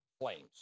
flames